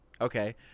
Okay